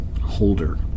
Holder